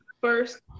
first